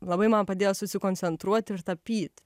labai man padėjo susikoncentruot ir tapyt